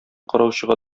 караучыга